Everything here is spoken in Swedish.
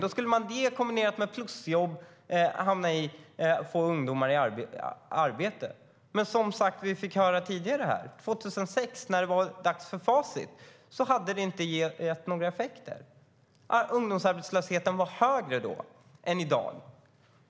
Den kombinerad med plusjobb skulle få ungdomar i arbete. Men, som vi fick höra tidigare här, år 2006 när facit kom hade det inte gett några effekter. Ungdomsarbetslösheten var högre då än i dag.